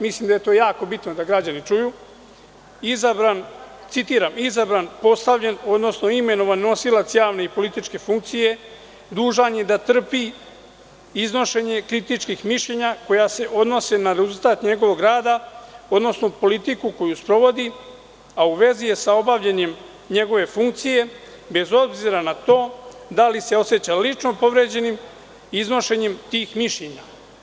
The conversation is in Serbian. Mislim da je to jako bitno da građani čuju, citiram - izabran, postavljen, odnosno imenovan nosilac javne i političke funkcije dužan je da trpi iznošenje kritičkih mišljenja koja se odnose na rezultat njegovog rada, odnosno politiku koju sprovodi, a u vezi je sa obavljanjem njegove funkcije bez obzira na to da li se oseća lično povređenim iznošenjem tih mišljenja.